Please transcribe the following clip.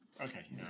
Okay